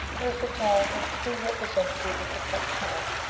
whereas the tiger, true representative of the cat tribe,